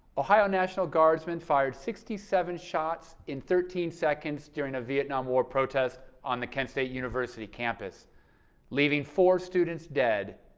ohio national guardsmen fired sixty seven shots in thirteen seconds during a vietnam war protest on the kent state university campus leaving four students dead,